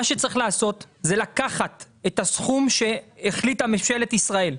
מה שצריך לעשות זה לקחת את הסכום שהחליטה ממשלת ישראל,